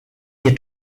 nie